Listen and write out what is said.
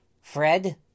Fred